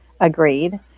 Agreed